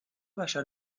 بشر